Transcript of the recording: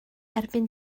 erbyn